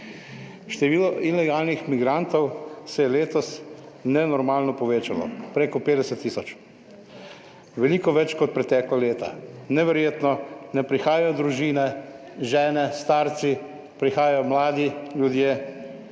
Število ilegalnih migrantov se je letos nenormalno povečalo, preko 50 tisoč, veliko več kot pretekla leta. Neverjetno. Ne prihajajo družine, žene, starci, prihajajo mladi ljudje,